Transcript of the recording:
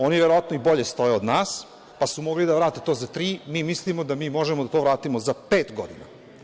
Oni verovatno i bolje stoje od nas, pa su mogli da vrate to za tri, a mi mislimo da mi možemo da to vratimo za pet godina.